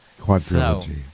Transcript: Quadrilogy